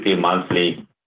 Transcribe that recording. monthly